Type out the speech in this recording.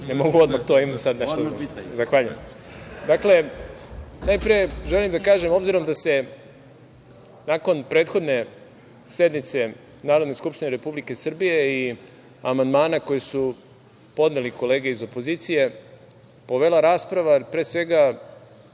**Đorđe Milićević** Dakle, najpre želim da kažem, obzirom da se nakon prethodne sednice Narodne skupštine Republike Srbije i amandmana koji su podneli kolege iz opozicije povela rasprava, pre svega